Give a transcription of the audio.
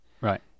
Right